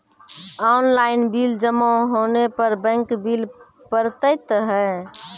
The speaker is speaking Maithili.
ऑनलाइन बिल जमा होने पर बैंक बिल पड़तैत हैं?